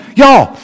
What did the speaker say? y'all